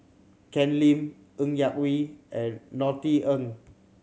Ken Lim Ng Yak Whee and Norothy Ng